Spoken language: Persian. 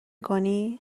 کنی